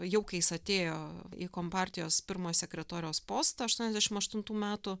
jau kai jis atėjo į kompartijos pirmojo sekretoriaus postą aštuoniasdešim aštuntų metų